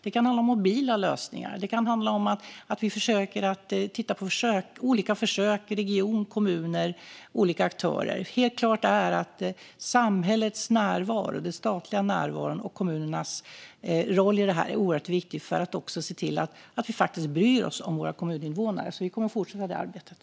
Det kan handla om mobila lösningar och om olika försök i kommuner, regioner och hos andra aktörer. Det är helt klart att samhällets närvaro, den statliga närvaron, och kommunernas roll i det här är oerhört viktig för att visa att vi bryr oss om alla kommuninvånare. Vi kommer därför att fortsätta med detta arbete.